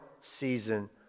season